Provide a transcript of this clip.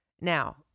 Now